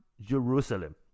Jerusalem